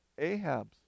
Ahab's